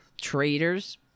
traitors